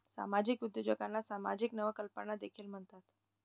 सामाजिक उद्योजकांना सामाजिक नवकल्पना देखील म्हणतात